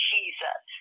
Jesus